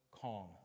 calm